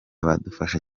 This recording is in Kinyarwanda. badufasha